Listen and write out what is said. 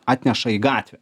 atneša į gatvę